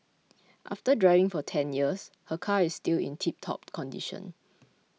after driving for ten years her car is still in tiptop condition